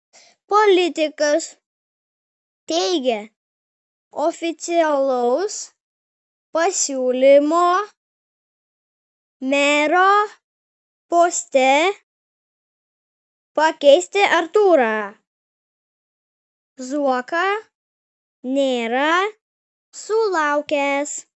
politikas teigė oficialaus pasiūlymo mero poste pakeisti artūrą zuoką nėra sulaukęs